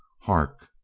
hark!